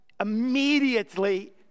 immediately